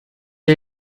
est